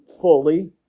fully